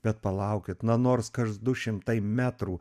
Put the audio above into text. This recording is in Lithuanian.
bet palaukit na nors kas du šimtai metrų